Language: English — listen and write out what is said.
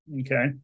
okay